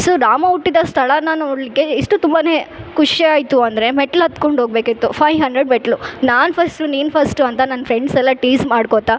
so Rama ಹುಟ್ಟಿದ ಸ್ಥಳನ ನೋಡಲಿಕ್ಕೆ ಇಷ್ಟು ತುಂಬನೆ ಖುಷಿ ಆಯಿತು ಅಂದರೆ ಮೆಟ್ಲು ಹತ್ಕೊಂಡು ಹೊಗಬೇಕಿತ್ತು ಫೈವ್ ಹಂಡ್ರೆಡ್ ಮೆಟ್ಟಿಲು ನಾನು ಫಸ್ಟು ನೀನು ಫಸ್ಟು ಅಂತ ನನ್ನ ಫ್ರೆಂಡ್ಸ್ ಎಲ್ಲ ಟೀಸ್ ಮಾಡ್ಕೋತ